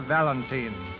Valentine